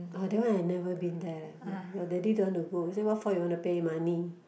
orh that one I never been there leh your daddy don't want to go say what for you want to pay money